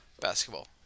Basketball